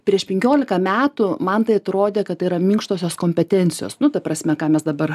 prieš penkiolika metų man tai atrodė kad tai yra minkštosios kompetencijos nu ta prasme ką mes dabar